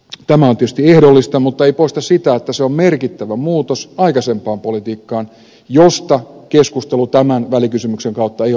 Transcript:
tämä on tietysti ehdollista mutta ei poista sitä että se on merkittävä muutos aikaisempaan politiikkaan josta keskustelu tämän välikysymyksen kautta ei ole ollut mahdollista